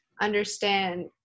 understand